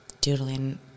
doodling